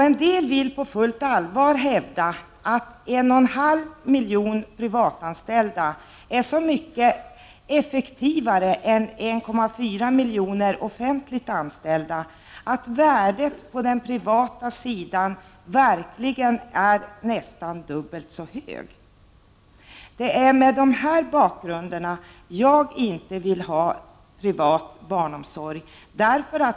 En del vill på fullt allvar hävda att 1,5 miljoner privatanställda är så mycket mer effektiva än 1,4 miljoner offentligt anställda, att värdet på den privata sidan verkligen är nästan dubbelt så stort. Det är mot denna bakgrund som jag inte vill ha privat barnomsorg.